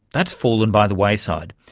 that's fallen by the wayside.